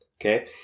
Okay